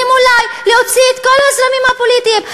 אז צריכים אולי להוציא את כל הזרמים הפוליטיים,